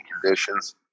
conditions